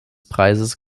preises